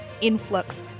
influx